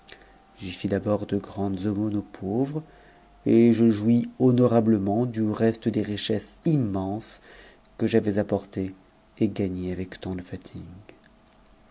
j'y fis d'abord de grandes aumônes aux pauvres et je jouis honorablement du reste des richesses mnenses que j'avais apportées et gagnées avec tant de fatigue